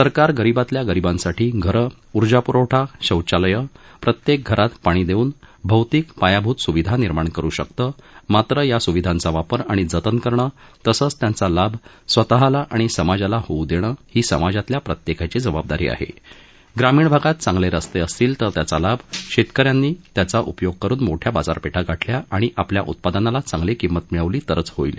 सरकार गरिबातल्या गरिबांसाठी घरं उर्जा पुरवठा शौचालयं प्रत्यक्त घरात पाणी दक्षून भौतिक पायाभूत सुविधा निर्माण करू शकतं मात्र या सुविधांचा वापर आणि जतन करणं तसंच त्यांचा लाभ स्वतःला आणि समाजाला होऊ दृष्णीही समाजातल्या प्रत्यक्तीची जबाबदारी आहक् ग्रामीण भागात चांगलक्रिसतील तर त्याचा लाभ शक्रिन्यांनी त्यांचा उपयोग करून मोठ्या बाजारपक्षी गाठल्या आणि आपल्या उत्पादनाला चांगली किंमत मिळवली तरच होईल